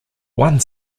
one